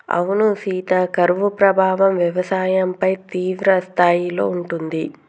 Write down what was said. అవునా సీత కరువు ప్రభావం వ్యవసాయంపై తీవ్రస్థాయిలో ఉంటుంది